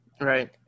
Right